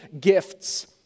gifts